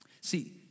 See